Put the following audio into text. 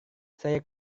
saya